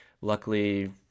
luckily